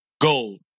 gold